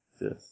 yes